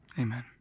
Amen